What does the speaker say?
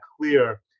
clear